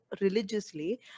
religiously